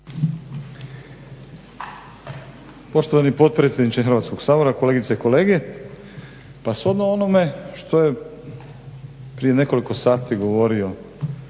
Poštovani potpredsjedniče Hrvatskog sabora, kolegice i kolege. Pa shodno onome što je prije nekoliko sati govorio